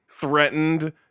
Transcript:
threatened